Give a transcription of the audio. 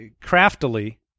craftily